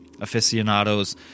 aficionados